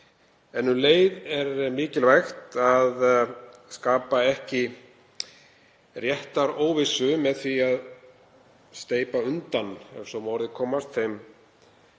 en um leið er mikilvægt að skapa ekki réttaróvissu með því að steypa undan, ef svo má að orði komast, þeim